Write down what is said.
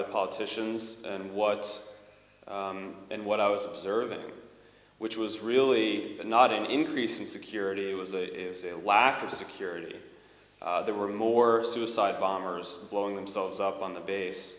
the politicians and what and what i was observing which was really not an increase in security it was a lack of security there were more suicide bombers blowing themselves up on the base